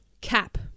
Cap